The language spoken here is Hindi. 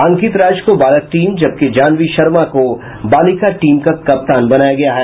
अंकित राज को बालक टीम जबकि जहान्वी शर्मा को बालिका टीम का कप्तान बनाया गया है